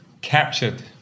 captured